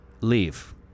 leave